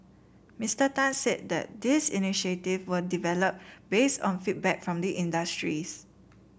Mister Tan said these initiative were developed based on feedback from the industries